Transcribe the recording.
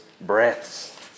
breaths